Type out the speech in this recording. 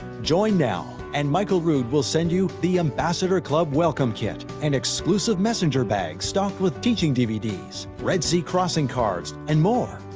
join now, and michael rood will send you the ambassador club welcome kit, and the exclusive messenger bag stocked with teaching dvds, red sea crossing cards, and more.